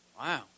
Wow